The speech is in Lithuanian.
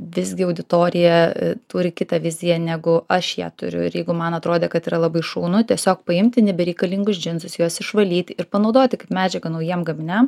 visgi auditorija turi kitą viziją negu aš ją turiu ir jeigu man atrodė kad yra labai šaunu tiesiog paimti nebereikalingus džinsus juos išvalyti ir panaudoti kaip medžiagą naujiem gaminiam